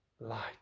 light